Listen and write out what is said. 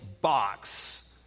box